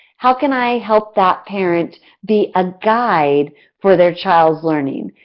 how can i help that parent be a guide for their child's learning?